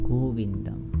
Govindam